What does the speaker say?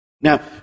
Now